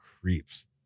creeps